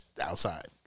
Outside